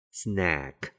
snack